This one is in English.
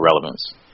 relevance